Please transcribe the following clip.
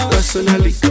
Personally